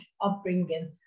upbringing